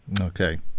Okay